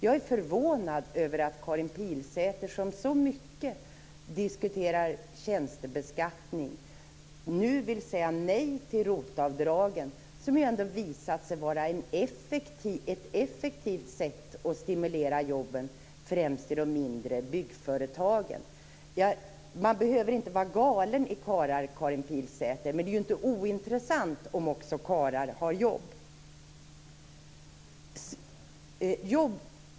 Jag är förvånad över att Karin Pilsäter, som diskuterar tjänstebeskattningen så mycket, nu vill säga nej till ROT-avdragen. De har ju visat sig vara ett effektivt sätt att stimulera jobben, främst i de mindre byggföretagen. Man behöver inte vara galen i karlar, Karin Pilsäter. Men det är ju inte ointressant om också karlar har jobb.